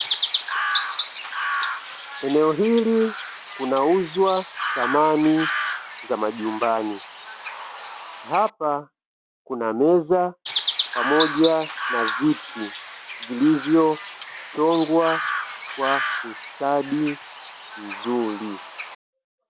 Eneo hili kunauzwa samani za majumbani, hapa kuna meza pamoja na viti, vilivyochongwa kwa ustadi mzuri.